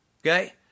okay